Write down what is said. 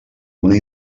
una